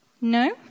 No